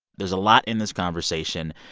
there's a lot in this conversation.